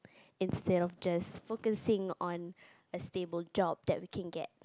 instead of just focusing on a stable job that we can get